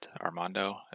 Armando